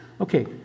okay